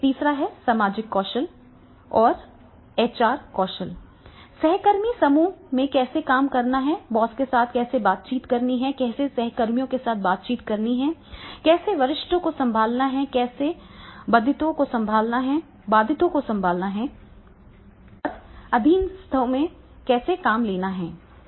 तीसरा है सामाजिक कौशल और एचआर कौशल सहकर्मी समूह में कैसे काम करना है बॉस के साथ कैसे बातचीत करना है कैसे सहकर्मियों के साथ बातचीत करना है कैसे वरिष्ठों को संभालना है कैसे बाधितों को संभालना है और अधीनस्थों से कैसे काम लेना है